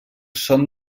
són